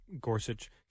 Gorsuch